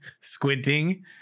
squinting